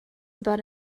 about